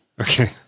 Okay